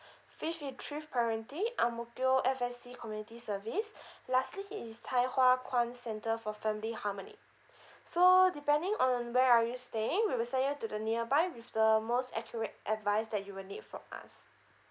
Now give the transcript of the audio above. fifth is thrive parenting ang mo kio F_S_C community service lastly is thye hua kwan centre for family harmony so depending on where are you staying we will send you to the nearby with the most accurate advice that you will need from us